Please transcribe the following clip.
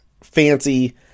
fancy